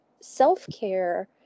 self-care